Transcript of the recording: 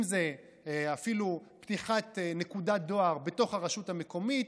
אם זה אפילו פתיחת נקודת דואר ברשות המקומית,